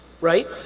right